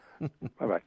Bye-bye